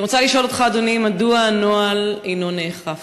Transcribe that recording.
רצוני לשאול: מדוע הנוהל אינו נאכף?